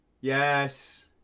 Yes